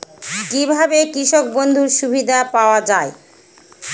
কি ভাবে কৃষক বন্ধুর সুবিধা পাওয়া য়ায়?